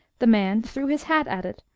the man threw his hat at it,